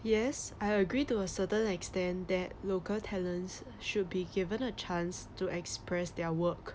yes I agree to a certain extent that local talents should be given a chance to express their work